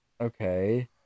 Okay